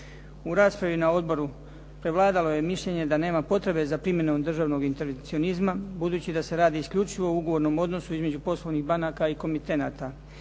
U raspravi na odboru prevladalo je mišljenje da nema potrebe za primjenom državnog …/Govornik se ne razumije./… budući da se radi isključivo o ugovornom odnosu između poslovnih banaka i komitenata